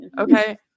okay